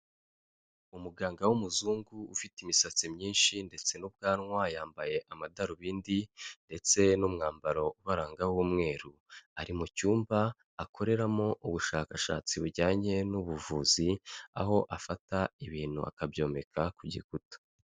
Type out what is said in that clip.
Umuganga w'umuzungu ufite imisatsi myinshi ndetse n'ubwanwa, yambaye amadarubindi ndetse n'umwambaro ubaranga w'umweru, ari mu cyumba akoreramo ubushakashatsi bujyanye n'ubuvuzi, aho afata ibintu akabyomeka ku gikuta.